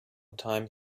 time